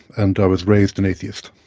and i was raised an atheist.